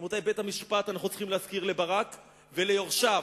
רבותי, אנחנו צריכים להזכיר לברק וליורשיו: